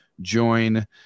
join